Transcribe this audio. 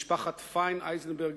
משפחת פיין-אייזנברג,